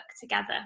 together